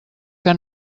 que